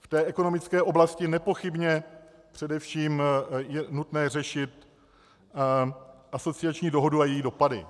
V ekonomické oblasti nepochybně především je nutné řešit asociační dohodu a její dopady.